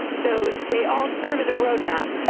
so they all serve as a roadmap,